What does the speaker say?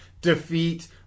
defeat